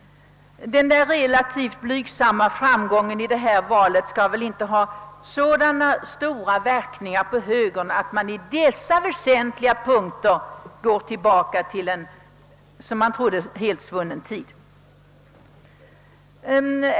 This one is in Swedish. Den relativt blygsamma framgången i valet bör väl inte få så stora verkningar på högerpolitiken att man på dessa väsentliga punkter söker sig tillbaka till en, som vi trodde, helt svunnen tid.